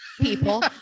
people